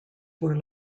were